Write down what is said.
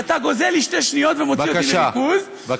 אתה גוזל לי 2 שניות ומוציא אותי מריכוז, בבקשה.